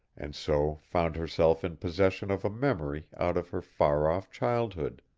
and so found herself in possession of a memory out of her far-off childhood.